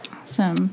Awesome